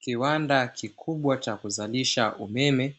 Kiwanda kikubwa cha kuzalisha umeme